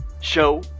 show